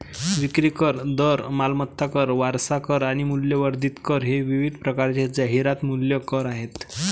विक्री कर, दर, मालमत्ता कर, वारसा कर आणि मूल्यवर्धित कर हे विविध प्रकारचे जाहिरात मूल्य कर आहेत